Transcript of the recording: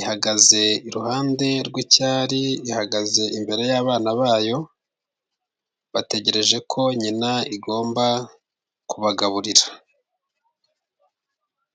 ihagaze iruhande rw'icyari, ihagaze imbere y'abana bayo, bategereje ko nyina igomba kubagaburira.